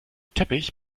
teppich